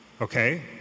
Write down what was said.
okay